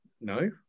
No